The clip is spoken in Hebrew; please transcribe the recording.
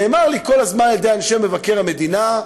נאמר לי כל הזמן על-ידי אנשי מבקר המדינה: